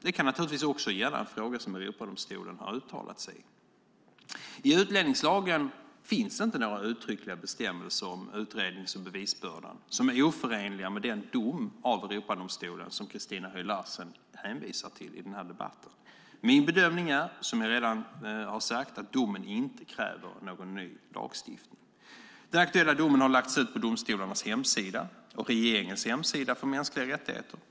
Det kan naturligtvis också gälla en fråga som Europadomstolen har uttalat sig i. I utlänningslagen finns inte några uttryckliga bestämmelser om utredning och bevisbörda som är oförenliga med den dom av Europadomstolen som Christina Höj Larsen hänvisar till i debatten. Min bedömning är, som jag har sagt, att domen inte kräver någon ny lagstiftning. Den aktuella domen har lagts ut på domstolarnas hemsida och på regeringens hemsida för mänskliga rättigheter.